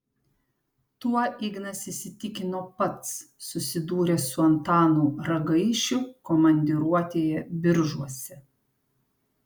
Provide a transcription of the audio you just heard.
tuo ignas įsitikino pats susidūręs su antanu ragaišiu komandiruotėje biržuose